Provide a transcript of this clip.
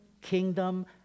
kingdom